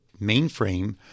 mainframe